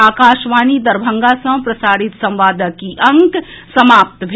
एहि संग आकाशवाणी दरभंगा सँ प्रसारित संवादक ई अंक समाप्त भेल